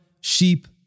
sheep